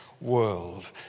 world